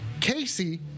Casey